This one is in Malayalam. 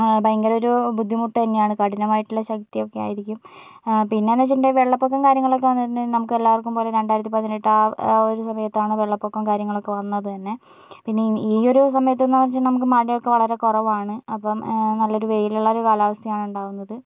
ഭയങ്കര ഒരു ബുദ്ധിമുട്ട് തന്നെയാണ് കഠിനമായിട്ടുള്ള ശക്തിയൊക്കെ ആയിരിക്കും പിന്നെയെന്ന് വച്ചിട്ടുണ്ടെങ്കിൽ വെള്ളപ്പൊക്കം കാര്യങ്ങളൊക്കെ വന്നിട്ടുണ്ടെങ്കിൽ നമുക്ക് എല്ലാവർക്കും പോലെ രണ്ടായിരത്തി പതിനെട്ട് ആ ഒരു സമയത്താണ് വെള്ളപ്പൊക്കം കാര്യങ്ങളൊക്കെ വന്നത് തന്നെ പിന്നെ ഈയൊരു സമയത്തെന്നു വെച്ചാൽ നമുക്ക് മഴയൊക്കെ വളരെ കുറവാണ് അപ്പോൾ നല്ലൊരു വെയിലുള്ള ഒരു കാലാവസ്ഥയാണ് ഉണ്ടാകുന്നത്